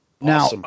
Now